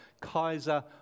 Kaiser